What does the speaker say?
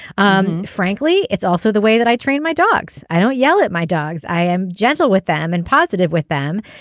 um frankly it's also the way that i train my dogs. i don't yell at my dogs. i am gentle with them and positive with them.